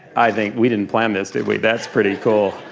i think we didn't plan this, did we? that's pretty cool.